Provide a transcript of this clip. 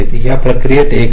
या प्रक्रियेत एकदा